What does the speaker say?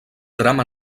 drama